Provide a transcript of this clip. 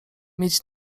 mieć